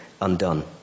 undone